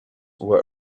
were